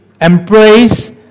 embrace